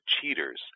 cheaters